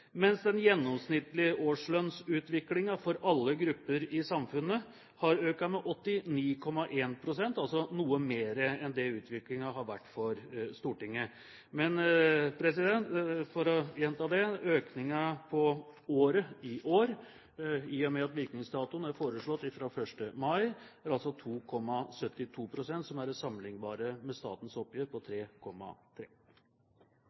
mens den gjennomsnittlige årslønnen for alle grupper i samfunnet har økt med 89,1 pst. – altså noe mer enn det utviklingen har vært for Stortinget. Men for å gjenta det: Økningen for året i år – i og med at virkningsdatoen som er foreslått, er 1. mai – er altså på 2,72 pst., som er det sammenlignbare med statens oppgjør på